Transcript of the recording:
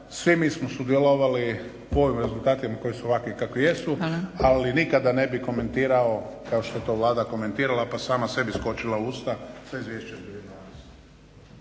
svi mi smo sudjelovali po ovim rezultatima koji su ovakvi kakvi jesu ali nikada ne bi komentirao kao što je to Vlada komentirala pa sama sebi skočila u usta za 2012.